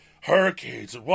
hurricanes